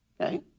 Okay